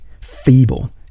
feeble